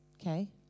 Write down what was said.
Okay